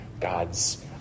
God's